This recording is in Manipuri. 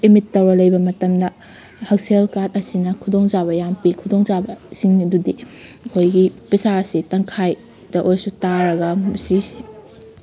ꯑꯦꯃꯤꯗ ꯇꯧꯔ ꯂꯩꯕ ꯃꯇꯝꯗ ꯍꯛꯁꯦꯜ ꯀꯥꯔꯗ ꯑꯁꯤꯅ ꯈꯨꯗꯣꯡ ꯆꯥꯕ ꯌꯥꯝ ꯄꯤ ꯈꯨꯗꯣꯡ ꯆꯥꯕꯁꯤꯡ ꯑꯗꯨꯗꯤ ꯑꯩꯈꯣꯏꯒꯤ ꯄꯩꯁꯥꯁꯤ ꯇꯪꯈꯥꯏꯇ ꯑꯣꯏꯔꯁꯨ ꯇꯥꯔꯒ ꯁꯤꯁꯤ